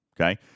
Okay